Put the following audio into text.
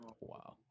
Wow